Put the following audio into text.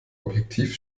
objektiv